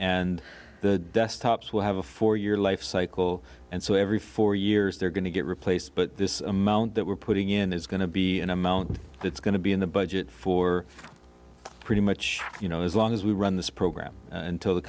and the desktops will have a four year life cycle and so every four years they're going to get replaced but this amount that we're putting in is going to be an amount that's going to be in the budget for pretty much you know as long as we run this program until the